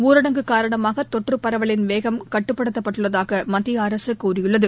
ஊரடங்குகாரணமாகதொற்றுப்பரவலின்வேகம்கட்டுப்படுத்தப்பட்டுள் ளதாகமத்தியஅரசுகூறியுள்ளது